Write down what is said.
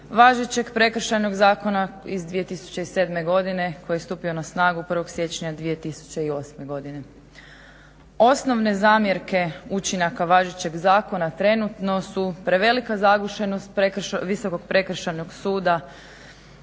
važećeg Prekršajnog zakona iz 2007. Godine koji je stupio na snagu 1. Siječnja 2008. Godine. Osnovne zamjerke učinaka važećeg zakona trenutno su prevelika zagušenost Visokog prekršajnog suda